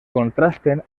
contrasten